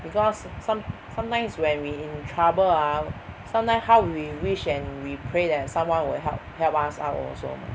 because some~ sometimes when we in trouble ah sometimes how we wish and we pray that someone will help help us out also